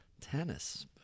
Tennis